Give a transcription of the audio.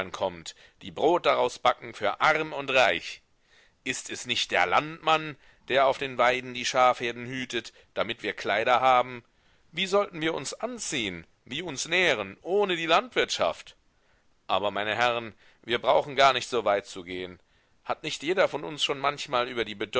die brot daraus backen für arm und reich ist es nicht der landmann der auf den weiden die schafherden hütet damit wir kleider haben wie sollten wir uns anziehen wie uns nähren ohne die landwirtschaft aber meine herren wir brauchen gar nicht so weit zu gehen hat nicht jeder von uns schon manchmal über die